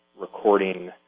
recording